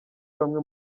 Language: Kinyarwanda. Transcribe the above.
bamwe